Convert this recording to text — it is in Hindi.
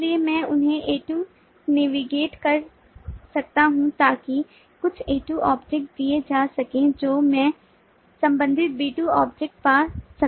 इसलिए मैं उन्हें A2 नेविगेट कर सकता हूं ताकि कुछ A2 ऑब्जेक्ट दिए जा सकें जो मैं संबंधित B2 ऑब्जेक्ट्स पा सकता हूं